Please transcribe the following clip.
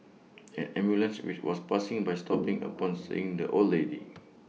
an ambulance which was passing by stopped upon seeing the old lady